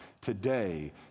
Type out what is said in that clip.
today